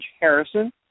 Harrison